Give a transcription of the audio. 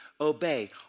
obey